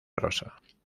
rosa